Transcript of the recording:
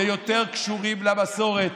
ליותר קשורים למסורת,